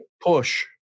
Push